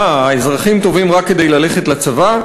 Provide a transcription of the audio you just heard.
מה, האזרחים טובים רק כדי ללכת לצבא?